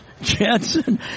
Jensen